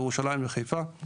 ירושלים וחיפה,